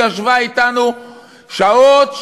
שהיא ישבה אתנו שעות,